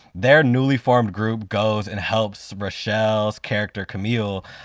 their newly formed group goes and helps rachelle's character, camille,